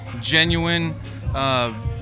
genuine